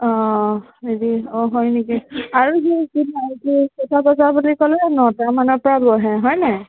অ হেৰি অ হয় নেকি আৰু কেইটা বজা বুলি ক'লে নটা মানৰ পৰা বহে হয় নাই